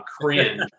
cringe